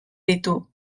ditu